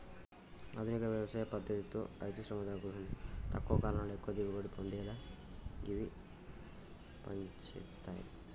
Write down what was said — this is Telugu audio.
ఆధునిక వ్యవసాయ పద్దతితో రైతుశ్రమ తగ్గుతుంది తక్కువ కాలంలో ఎక్కువ దిగుబడి పొందేలా గివి పంజేత్తయ్